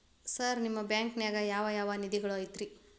Sir ನಿಮ್ಮ ಬ್ಯಾಂಕನಾಗ ಯಾವ್ ಯಾವ ನಿಧಿಗಳು ಐತ್ರಿ?